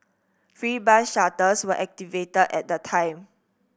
free bus shuttles were activated at the time